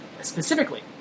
specifically